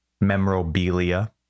memorabilia